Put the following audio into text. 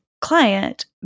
Client